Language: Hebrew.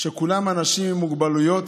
שכולם אנשים עם מוגבלויות,